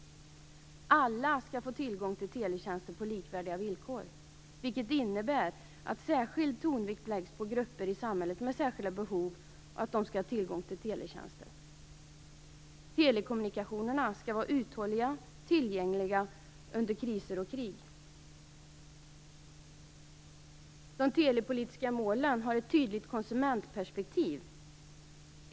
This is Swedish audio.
Alla skall få tillgång till teletjänster på likvärdiga villkor, vilket innebär att särskild tonvikt läggs på att grupper i samhället med särskilda behov skall ha tillgång till teletjänster. Telekommunikationerna skall vara uthålliga och tillgängliga under kriser och krig. De telepolitiska målen har ett tydligt konsumentperspektiv.